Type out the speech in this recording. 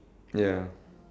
ya